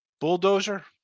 bulldozer